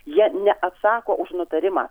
jie neatsako už nutarimą